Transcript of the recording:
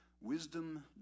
Wisdom